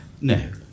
No